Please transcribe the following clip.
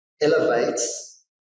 elevates